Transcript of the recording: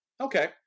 Okay